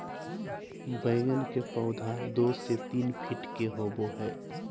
बैगन के पौधा दो से तीन फीट के होबे हइ